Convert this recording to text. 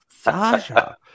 Sasha